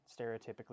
stereotypically